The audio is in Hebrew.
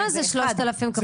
כמה זה 3,000 כפול 11?